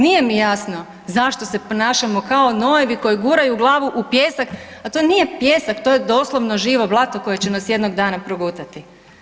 Nije mi jasno zašto se ponašamo kao nojevi koji guraju glavu u pijesak, a to nije pijesak to je doslovno živo blato koje će nas jednog dana progutati.